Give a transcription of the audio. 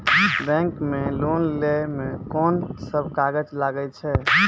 Bank मे loan लै मे कोन सब कागज लागै छै?